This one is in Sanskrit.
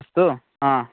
अस्तु आम्